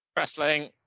Wrestling